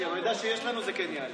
כי מהמידע שיש לנו, זה כן יעלה.